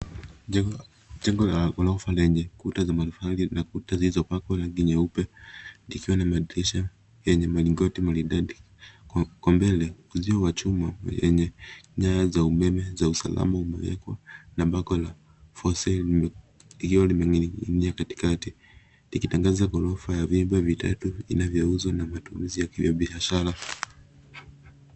Jengo la ghorofa lenye kuta za matofali na kuta zilizopakwa rangi nyeupe, likiwa na madirisha yenye milingoti maridadi. Kwa mbele, uzio wa chuma, wenye nyaya za umeme za usalama umewekwa, na bango la for sale likiwa limening'inia kati kati. Ikitangaza ghorofa ya vyumba vitatu inayouzwa na matumizi ya kibiashara.